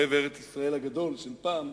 אוהב ארץ-ישראל הגדול של פעם,